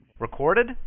Recorded